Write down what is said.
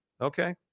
Okay